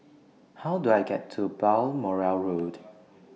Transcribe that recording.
How Do I get to Balmoral Road